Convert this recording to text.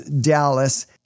Dallas